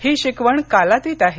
ही शिकवण कालातीत आहे